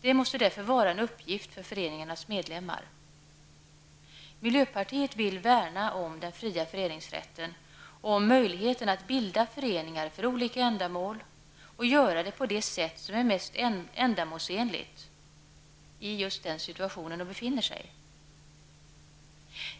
Det måste därför vara en uppgift för föreningarnas medlemmar. Miljöpartiet vill värna om den fria föreningsrätten och om möjligheten att bilda föreningar för olika ändamål och göra det på det sätt som är mest ändamålsenligt i just den situation som man befinner sig i.